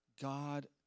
God